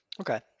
Okay